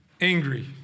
angry